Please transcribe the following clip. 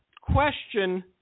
question